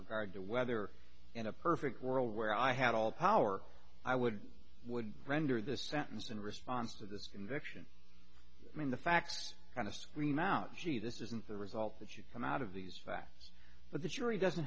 regard to whether in a perfect world where i had all the power i would would render the sentence in response to this conviction i mean the fact kind of scream out gee this isn't the result that you come out of these facts but the jury doesn't